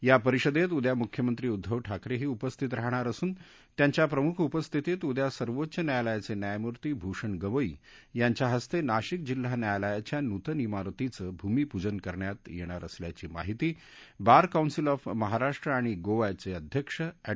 या परिषदेत उद्या मुख्यमंत्री उद्धव ठाकरेही उपस्थित राहणार असून त्यांच्या प्रमुख उपस्थितीत उद्या सर्वोच्च न्यायालयाचे न्यायमूर्ती भूषण गवई यांच्या हस्ते नाशिक जिल्हा न्यायालयाच्या नूतन तिरतीचं भूमिपूजन करण्यात येणार असल्याची माहिती बारकौन्सिल ऑफ महाराष्ट्र एण्ड गोवाचे अध्यक्ष एड